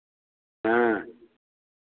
हाँ